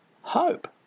hope